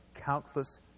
countless